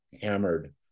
Hammered